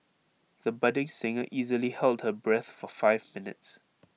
the budding singer easily held her breath for five minutes